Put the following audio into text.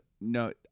no